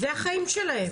זה החיים שלהם.